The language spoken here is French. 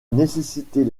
nécessiter